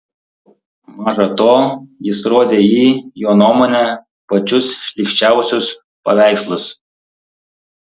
maža to jis rodė į jo nuomone pačius šlykščiausius paveikslus